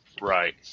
Right